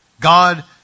God